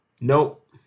Nope